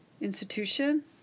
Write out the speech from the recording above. institution